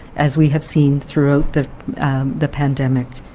as we have seen throughout the the pandemic.